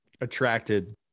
attracted